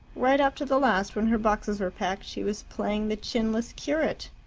right up to the last, when her boxes were packed, she was playing the chinless curate.